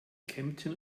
kempten